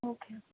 okay